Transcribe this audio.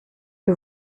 que